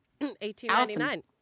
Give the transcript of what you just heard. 1899